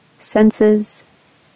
Senses